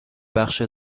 بخش